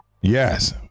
yes